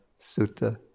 Sutta